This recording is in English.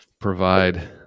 provide